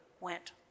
went